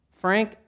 Frank